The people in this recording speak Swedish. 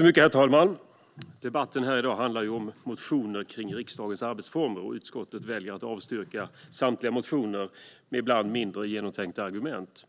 Herr talman! Debatten här i dag handlar om motioner kring riksdagens arbetsformer. Utskottet väljer att avstyrka samtliga motioner, med ibland mindre genomtänkta argument.